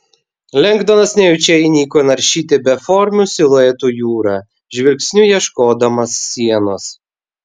lengdonas nejučia įniko naršyti beformių siluetų jūrą žvilgsniu ieškodamas sienos